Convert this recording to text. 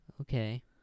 Okay